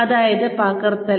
അതായത് പകർത്തൽ